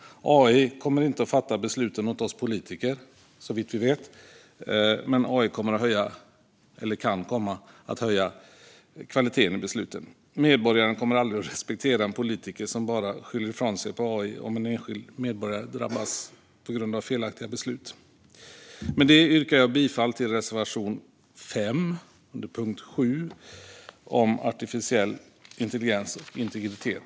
AI kommer inte att fatta besluten åt oss politiker, såvitt vi vet, men AI kan komma att höja kvaliteten i besluten. Medborgare kommer aldrig att respektera politiker som skyller ifrån sig på AI om en enskild medborgare drabbas på grund av felaktiga beslut. Med detta yrkar jag bifall till reservation 5 under punkt 7 om artificiell intelligens och integritet.